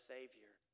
Savior